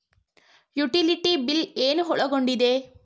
Utility bill ಏನು ಒಳಗೊಂಡಿದೆ?